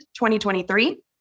2023